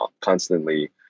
constantly